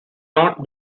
not